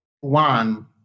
one